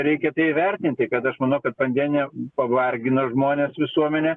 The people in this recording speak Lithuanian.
reikia įvertinti kad aš manau kad pandemija pavargino žmones visuomenę